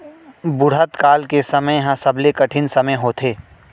बुढ़त काल के समे ह सबले कठिन समे होथे